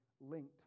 linked